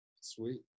Sweet